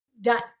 Done